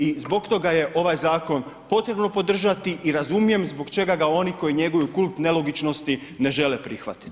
I zbog toga je ovaj zakon potrebno podržati i razumijem zbog čega ga oni koji njeguju kult nelogičnosti ne žele prihvatiti.